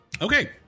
Okay